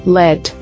let